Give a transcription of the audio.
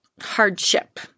hardship